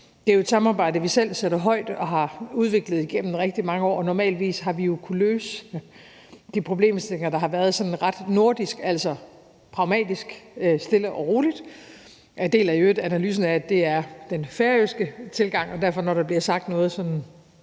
Det er jo et samarbejde, vi selv sætter højt og har udviklet gennem rigtig mange år, og normalvis har vi jo kunnet løse de problemstillinger, der har været, på en ret nordisk måde, altså pragmatisk, stille og roligt, og jeg deler i øvrigt analysen af, at det også er den færøske tilgang, og når der derfor bliver sagt noget